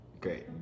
Great